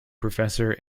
professor